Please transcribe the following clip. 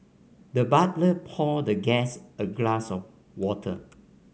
the butler poured the guest a glass of water